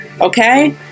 okay